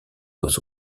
aux